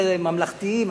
ממלכתיים כאלה.